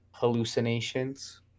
hallucinations